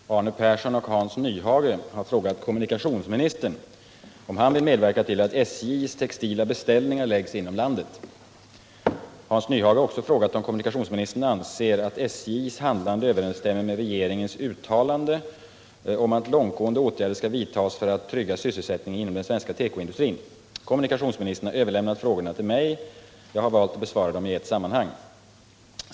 Herr talman! Arne Persson och Hans Nyhage har frågat kommunikationsministern, om han vill medverka till att SJ:s textila beställningar läggs inom landet. Hans Nyhage har också frågat, om kommunikationsministern anser att SJ:s handlande överensstämmer med regeringens uttalande om att långtgående åtgärder skall vidtas för att trygga sysselsättningen inom den svenska tekoindustrin. Kommunikationsministern har överlämnat frågorna till mig. Jag har valt att besvara dem i ett sammanhang.